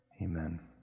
Amen